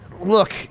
Look